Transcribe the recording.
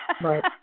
Right